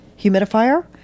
humidifier